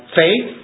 faith